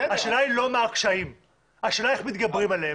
השאלה היא לא מה הקשיים אלא השאלה היא איך מתגברים עליהם.